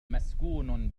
مسكون